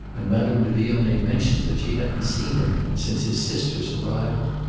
and madame de vionnet mentioned that she hadn't seen him since his sister's arrival.